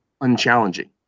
unchallenging